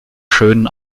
schönen